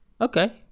okay